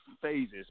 phases